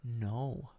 No